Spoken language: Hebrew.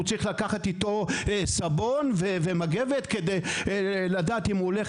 הוא צריך לקחת איתו סבון ומגבת כי הוא לא יודע אם הולך